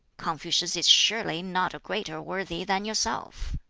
confucius is surely not a greater worthy than yourself.